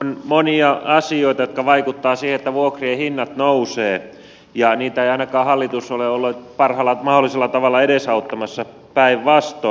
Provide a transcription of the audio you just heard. on monia asioita jotka vaikuttavat siihen että vuokrien hinnat nousevat ja niitä ei ainakaan hallitus ole ollut parhaalla mahdollisella tavalla edesauttamassa päinvastoin